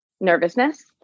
nervousness